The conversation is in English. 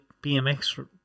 BMX